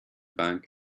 bank